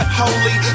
holy